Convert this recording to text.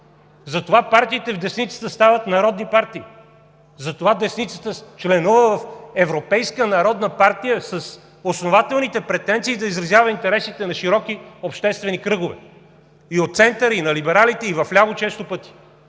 Затова партиите в десницата стават народни партии, затова десницата членува в Европейска народна партия с основателните претенции да изразява интересите на широки обществени кръгове – и от центъра, и на либералите, и често пъти